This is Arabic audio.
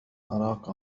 أراك